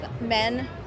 men